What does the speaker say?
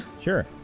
Sure